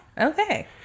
Okay